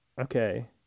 Okay